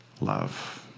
love